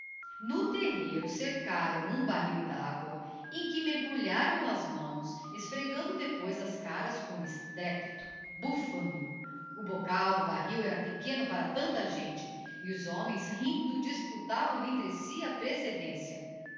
no terreiro cercaram um barril d'agua em que mergulharam as mãos esfregando depois as caras com estrépito bufando o boccal do barril era pequeno para tanta gente e os homens rindo disputavam entre si a precedência